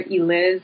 eliz